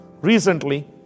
recently